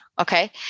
Okay